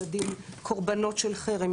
ילדים שהם קורבנות של חרם,